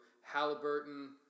Halliburton